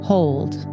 Hold